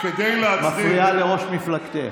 מה אתה אומר על זה שהוא אמר עלינו "חולי נפש" היום,